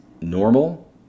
normal